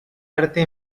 arte